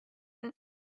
the